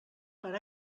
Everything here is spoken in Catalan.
per